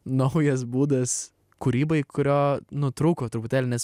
naujas būdas kūrybai kurio nu trūko truputėlį nes